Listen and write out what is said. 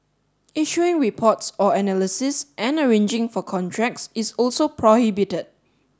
issuing reports or analysis and arranging for contracts is also prohibited